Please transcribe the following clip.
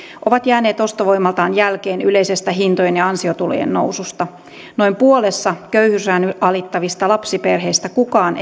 ovat jääneet ostovoimaltaan jälkeen yleisestä hintojen ja ansiotulojen noususta noin puolessa köyhyysrajan alittavista lapsiperheistä kukaan